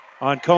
on